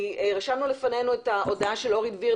רשמנו לפנינו את ההודעה של אורי דביר,